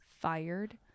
fired